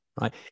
right